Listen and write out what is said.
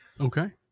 Okay